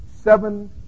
seven